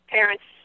Parents